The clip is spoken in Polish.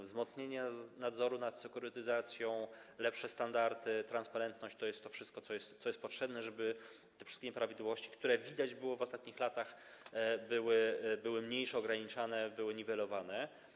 Wzmocnienie nadzoru nad sekurytyzacją, lepsze standardy, transparentność to jest to wszystko, co jest potrzebne, żeby te wszystkie nieprawidłowości, które widać było w ostatnich latach, były mniejsze, ograniczane, były niwelowane.